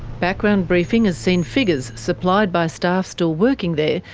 background briefing has seen figures supplied by staff still working there,